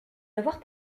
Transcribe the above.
devoirs